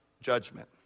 judgment